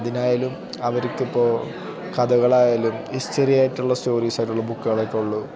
അതിനായാലും അവർക്കിപ്പോൾ കഥകളായാലും ഹിസ്റ്ററി ആയിട്ടുള്ള സ്റ്റോറീസായിട്ടുള്ള ബുക്കുകളൊക്കെ ഉള്ളു